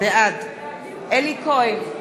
בעד אלי כהן,